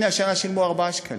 הנה, השנה שילמו 4 שקלים,